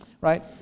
right